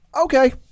Okay